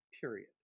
period